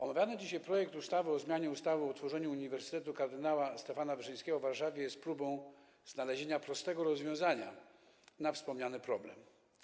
Omawiany dzisiaj projekt ustawy o zmianie ustawy o utworzeniu Uniwersytetu Kardynała Stefana Wyszyńskiego w Warszawie jest próbą znalezienia prostego rozwiązania wspomnianego problemu.